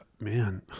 Man